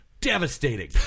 devastating